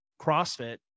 CrossFit